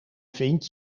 vind